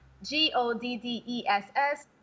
G-O-D-D-E-S-S